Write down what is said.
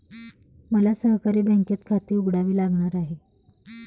मला सहकारी बँकेत खाते उघडावे लागणार आहे